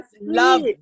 love